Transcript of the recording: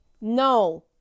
No